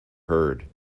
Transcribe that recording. heard